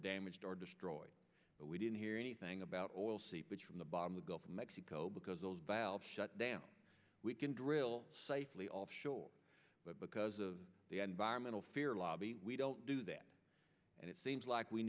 damaged or destroyed but we didn't hear anything about oil seepage from the bottom the gulf of mexico because those valves shut down we can drill sightly offshore but because of the environmentalists fear lobby we don't do that and it seems like we